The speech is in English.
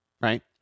right